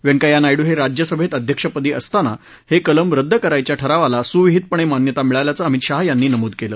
व्यंकय्या नायडू हे राज्यसभेत अध्यक्षपदी असताना हे कलम रद्द करायच्या ठरावाला सुविहितपणे मान्यता मिळाल्याचं अमित शहा यांनी नमूद केलं